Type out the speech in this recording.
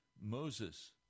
Moses